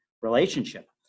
relationship